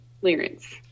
clearance